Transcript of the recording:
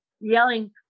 yelling